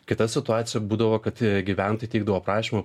kita situacija būdavo kad gyventojai teikdavo prašymą